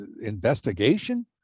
investigation